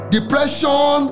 Depression